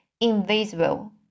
invisible